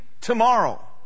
tomorrow